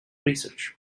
research